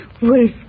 Wolf